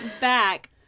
back